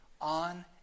on